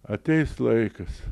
ateis laikas